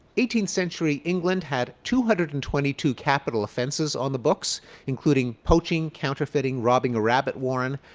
eighteenth century england had two hundred and twenty two capital offenses on the books including poaching, counterfeiting, robbing a rabbit warren,